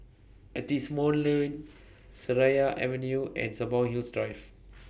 Lane Seraya Avenue and Hills Drive